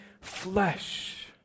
flesh